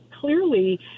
clearly